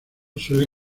suele